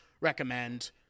recommend